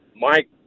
Mike